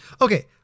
Okay